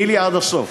תני לי עד הסוף.